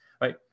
right